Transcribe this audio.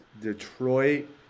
detroit